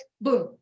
boom